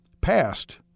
passed